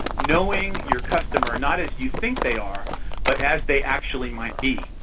knowing your customer not as you think they are but as they actually might be.